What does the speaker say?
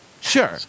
Sure